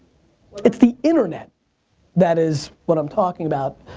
it's the internet that is what i'm talking about.